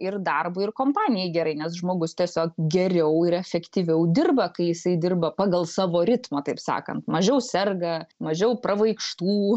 ir darbui ir kompanijai gerai nes žmogus tiesiog geriau ir efektyviau dirba kai jisai dirba pagal savo ritmą taip sakant mažiau serga mažiau pravaikštų